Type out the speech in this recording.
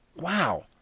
Wow